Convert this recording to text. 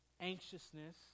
Anxiousness